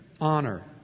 honor